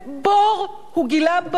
בור, הוא גילה בור.